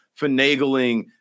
finagling